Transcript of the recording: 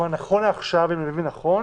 נכון לעכשיו, אם אני מבין נכון,